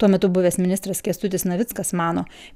tuo metu buvęs ministras kęstutis navickas mano